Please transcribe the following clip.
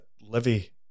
Livy